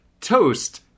toast